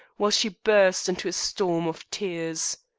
while she burst into a storm of tears.